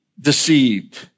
deceived